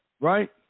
Right